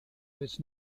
with